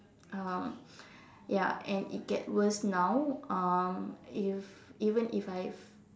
um ya and it get worse now um if even if I've